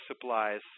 supplies